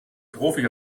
profi